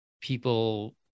people